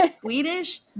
swedish